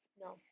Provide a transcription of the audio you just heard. no